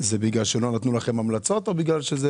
זה בגלל שלא נתנו לכם המלצות או שזה